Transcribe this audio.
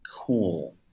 cool